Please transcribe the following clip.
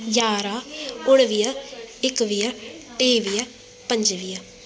यारहं उणिवीह एकवीह टेवीह पंजुवीह